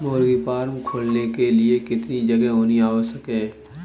मुर्गी फार्म खोलने के लिए कितनी जगह होनी आवश्यक है?